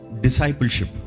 Discipleship